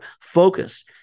focus